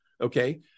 okay